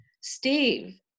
Steve